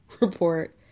report